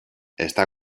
está